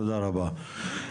תודה רבה.